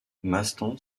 maston